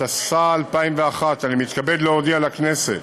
התשס"א 2001, אני מתכבד להודיע לכנסת